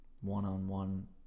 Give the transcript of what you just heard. one-on-one